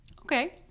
Okay